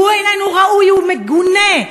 הוא איננו ראוי, הוא מגונה.